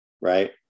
Right